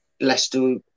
Leicester